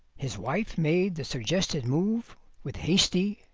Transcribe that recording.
his wife made the suggested move with hasty,